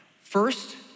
first